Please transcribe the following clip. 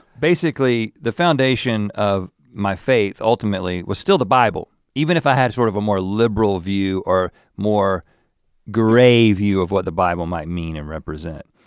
basically, the foundation of my faith ultimately was still the bible even if i had sort of a more liberal view or more gray view of what the bible might mean and represent.